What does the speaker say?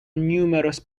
numerous